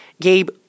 Gabe